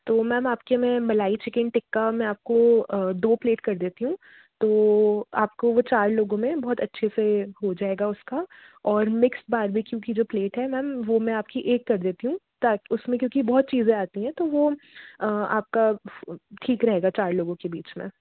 तो मेम आपके मैं मलाई चिकन टिक्का मैं आपको दो प्लेट कर देती हूँ तो आपको वह चार लोगों में बहुत अच्छे से हो जाएगा उसका और मिक्स्ड बार्बिक्यू की जो प्लेट है मैम वह मैं आपकी एक कर देती हूँ ताकि उसमें क्योंकि बहुत चीज़ें आती हैं तो वह आपका ठीक रहेगा चार लोगों के बीच में